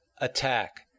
attack